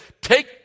take